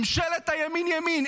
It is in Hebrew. ממשלת הימין ימין,